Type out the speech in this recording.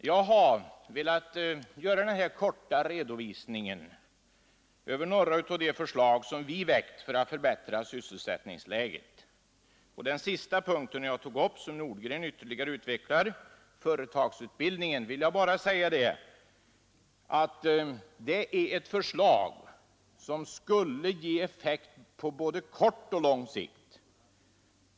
Jag har velat göra den här korta redovisningen över några av de förslag som vi har väckt för att förbättra sysselsättningsläget. Och beträffande den sista punkten jag tog upp, företagsutbildningen, vill jag bara säga att det är ett förslag som skulle ge effekt på både kort och lång sikt.